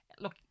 look